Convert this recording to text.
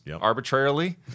arbitrarily